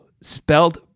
spelled